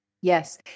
Yes